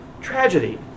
tragedy